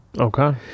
Okay